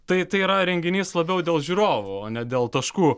tai tai yra renginys labiau dėl žiūrovų o ne dėl taškų